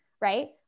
right